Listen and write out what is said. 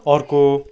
अर्को